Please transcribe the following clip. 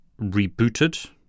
rebooted